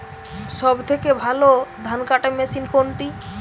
সবথেকে ভালো ধানকাটা মেশিন কোনটি?